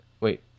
Wait